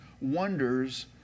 wonders